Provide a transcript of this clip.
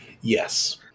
Yes